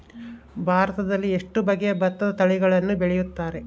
ಭಾರತದಲ್ಲಿ ಎಷ್ಟು ಬಗೆಯ ಭತ್ತದ ತಳಿಗಳನ್ನು ಬೆಳೆಯುತ್ತಾರೆ?